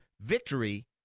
VICTORY